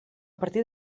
partir